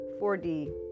4d